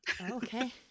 Okay